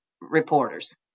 reporters